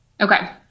Okay